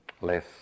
Less